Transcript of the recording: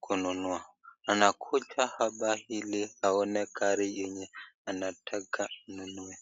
kununua anakuja hapa ili aone gari yenye anataka anunue.